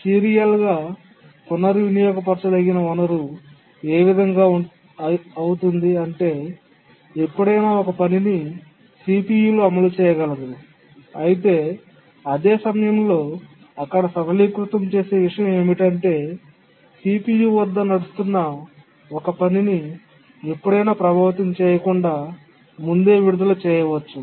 సీరియల్గా పునర్వినియోగపరచదగిన వనరు ఏ విధంగా అవుతుంది అంటే ఎప్పుడైనా ఒక పనిని CPU లో అమలు చేయగలదు అయితే అదే సమయంలో అక్కడ సరళీకృతం చేసే విషయం ఏమిటంటే CPU వద్ద నడుస్తున్న ఒక పనిని ఎప్పుడైనా ప్రభావితం చేయకుండా ముందే విడుదల చేయవచ్చు